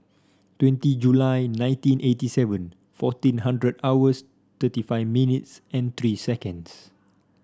twenty July nineteen eighty seven fourteen hundred hours thirty five minutes and three seconds